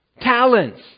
talents